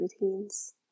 routines